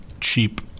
cheap